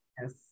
yes